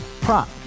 prop